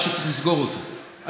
כי הציבור לא